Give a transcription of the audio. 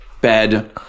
bed